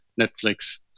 Netflix